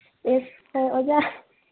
ꯎꯝ ꯍꯣꯏ ꯑꯣꯖꯥ